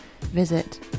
visit